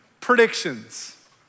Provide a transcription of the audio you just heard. predictions